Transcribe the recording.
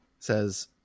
says